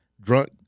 drunk